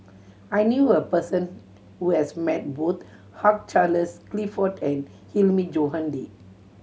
I knew a person who has met both Hug Charles Clifford and Hilmi Johandi